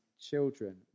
children